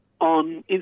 on